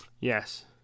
Yes